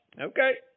Okay